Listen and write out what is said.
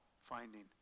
finding